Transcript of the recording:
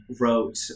wrote